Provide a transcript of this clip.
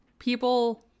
People